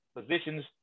positions